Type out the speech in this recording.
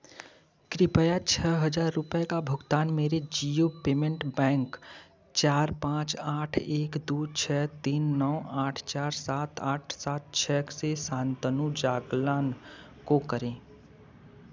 कृपया छह हज़ार रुपये का भुगतान मेरे जिओ पेमेंट बैंक खाते चार पाँच आठ एक दो छः तीन नौ आठ चार सात आठ सात छः से शांतनु जागलान को करें